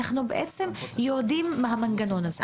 אנחנו יורדים מהמנגנון הזה.